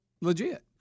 legit